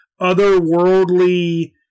otherworldly